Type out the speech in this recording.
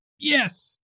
Yes